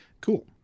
Cool